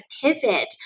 pivot